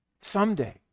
Someday